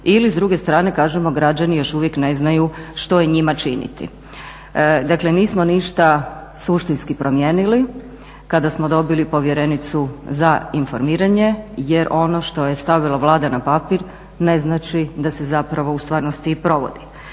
ili s druge strane kažemo građani još uvijek ne znaju što je njima činiti. Dakle nismo ništa suštinski promijenili kada smo dobili povjerenicu za informiranje jer ono što je stavila Vlada na papir ne znači da se zapravo u stvarnosti i provodi.